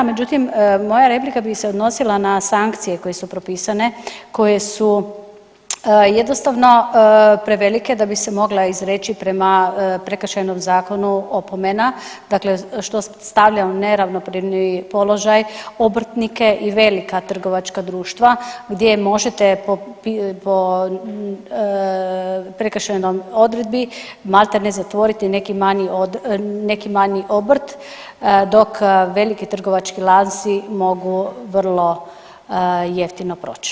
Međutim, moja replika bi se odnosila na sankcije koje su propisane, koje su jednostavno prevelike da bi se mogle izreći prema Prekršajnom zakonu opomena, dakle što stavlja u neravnopravni položaj obrtnike i velika trgovačka društva gdje možete po prekršajnoj odredbi maltene zatvoriti neki manji obrt dok veliki trgovački lanci mogu vrlo jeftino proći.